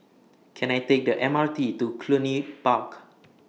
Can I Take The M R T to Cluny Park